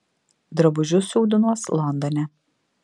drabužius siūdinuos londone